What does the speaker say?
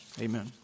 Amen